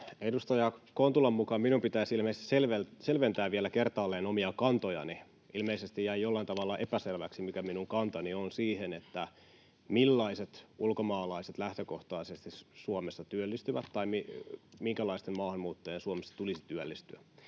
Edustaja Kontulan mukaan minun pitäisi ilmeisesti selventää vielä kertaalleen omia kantojani. Ilmeisesti jäi jollain tavalla epäselväksi, mikä minun kantani on siihen, millaiset ulkomaalaiset lähtökohtaisesti Suomessa työllistyvät tai minkälaisten maahanmuuttajien Suomessa tulisi työllistyä.